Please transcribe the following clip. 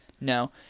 no